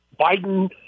Biden